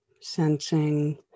sensing